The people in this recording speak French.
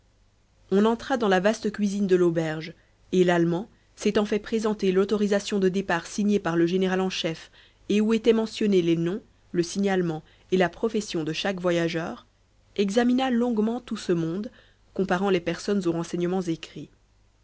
on entra dans la vaste cuisine de l'auberge et l'allemand s'étant fait présenter l'autorisation de départ signée par le général en chef et où étaient mentionnés les noms le signalement et la profession de chaque voyageur examina longuement tout ce monde comparant les personnes aux renseignements écrits